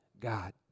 God